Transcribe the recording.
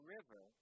River